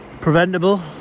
preventable